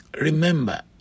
Remember